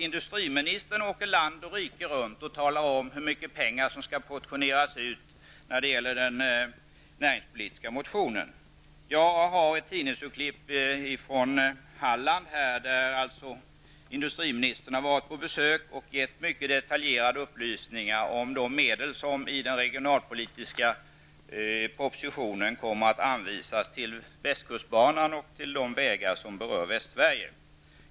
Industriministern åker land och rike runt och talar om hur mycket pengar som skall portioneras ut när det gäller den näringspolitiska propositionen. Jag har ett tidningsurklipp från Halland, där industriministern har varit besök och gett mycket detaljerade upplysningar om de medel som kommer att anvisas i den regionalpolitiska propositionen till Västkustbanan och till de vägar som berör Västsverige.